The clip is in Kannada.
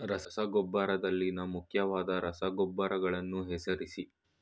ರಸಗೊಬ್ಬರದಲ್ಲಿನ ಮುಖ್ಯವಾದ ರಸಗೊಬ್ಬರಗಳನ್ನು ಹೆಸರಿಸಿ?